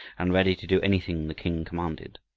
and ready to do anything the king commanded.